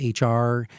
HR